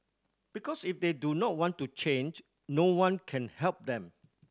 because if they do not want to change no one can help them